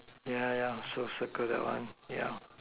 yeah yeah yeah so circle that one yeah